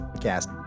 cast